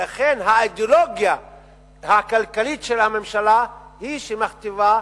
לכן האידיאולוגיה הכלכלית של הממשלה היא שמכתיבה,